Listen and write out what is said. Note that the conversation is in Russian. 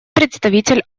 представитель